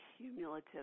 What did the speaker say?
cumulative